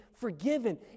forgiven